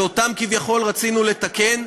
מה שכביכול רצינו לתקן,